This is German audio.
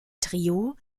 trio